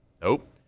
Nope